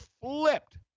flipped